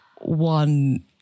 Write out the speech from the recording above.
One